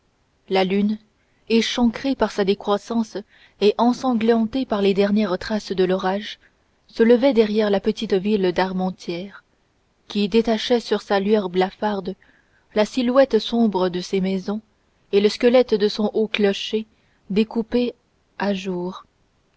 la lune échancrée par sa décroissance et ensanglantée par les dernières traces de l'orage se levait derrière la petite ville d'armentières qui détachait sur sa lueur blafarde la silhouette sombre de ses maisons et le squelette de son haut clocher découpé à jour